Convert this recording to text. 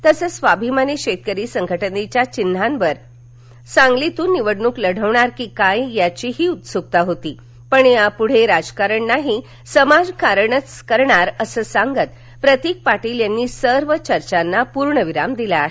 तसंच स्वाभिमानी शेतकरी संघटनेच्या चिन्हावर सांगलीतून निवडणूक लढवणार की काय याचीही उत्सुकता होती पण यापुढे राजकारण नाही समाजकारणच करणार असं सांगत प्रतिक पाटील यांनी सर्व चर्चांना पूर्णविराम दिला आहे